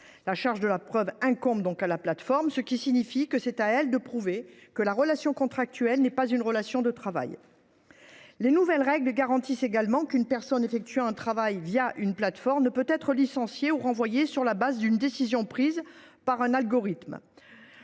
La charge de la preuve incombe à cette dernière, ce qui signifie que c’est à elle de prouver que la relation contractuelle n’est pas une relation de travail subordonné. Les nouvelles règles garantissent également qu’une personne effectuant un travail une plateforme ne peut pas être licenciée ou renvoyée sur la base d’une décision prise par un algorithme